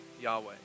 Yahweh